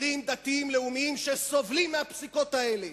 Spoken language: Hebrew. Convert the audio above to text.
אומרים דתיים לאומיים שסובלים מהפסיקות האלה,